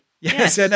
Yes